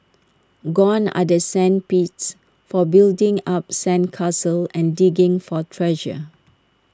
gone are the sand pits for building up sand castles and digging for treasure